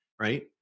right